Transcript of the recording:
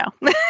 no